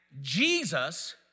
Jesus